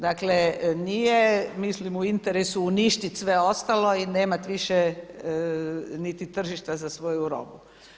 Dakle, nije mislim u interesu uništiti sve ostalo i nemati više niti tržišta za svoju robu.